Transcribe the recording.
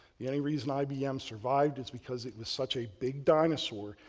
the only reason ibm survived is because it was such a big dinosaur,